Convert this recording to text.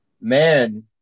Man